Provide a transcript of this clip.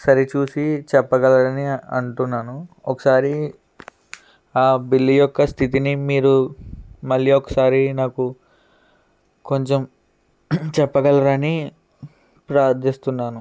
సరి చూసి చెప్పగలరని అంటున్నాను ఒకసారి ఆ బిల్లు యొక్క స్థితిని మీరు మళ్ళీ ఒకసారి నాకు కొంచెం చెప్పగలరని ప్రార్థిస్తున్నాను